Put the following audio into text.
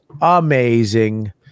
amazing